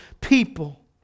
people